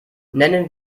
nennen